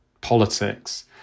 politics